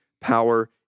power